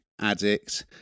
addict